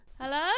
Hello